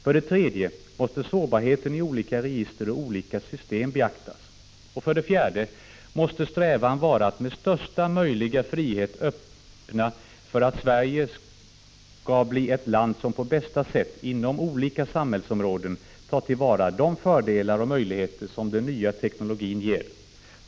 För det tredje måste sårbarheten i olika register och olika system beaktas. För det fjärde måste strävan vara att vi skapar största möjliga frihet och är öppna för att Sverige skall bli ett land som på bästa sätt, inom olika samhällsområden, tar till vara de fördelar och möjligheter som den nya teknologin ger.